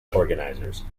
organizers